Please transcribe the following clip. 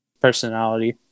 personality